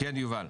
כן, יובל.